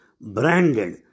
branded